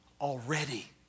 already